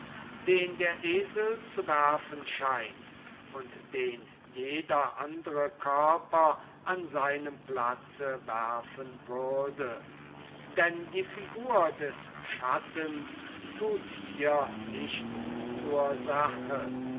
den der esel zu werfen scheint und den jeder andre körper an seinem platze werfen würde denn die figur des schattens tut hier nichts zur sache